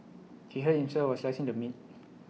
he hurt himself while slicing the meat